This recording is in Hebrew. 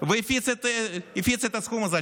והפיץ את הסכום הזה.